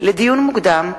לדיון מוקדם: